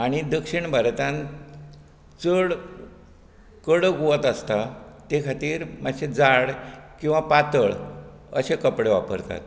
आनी दक्षीण भारतांत चड कडक वत आसता ते खातीर मात्शें जाड किंवा पातळ अशें कपडे वापरतात